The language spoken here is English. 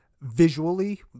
Visually